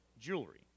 jewelry